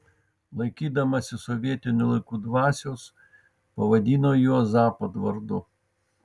laikydamasi sovietinių laikų dvasios pavadino juos zapad vardu